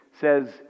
says